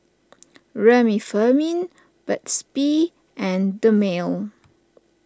Remifemin Burt's Bee and Dermale